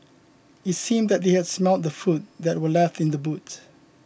it seemed that they had smelt the food that were left in the boot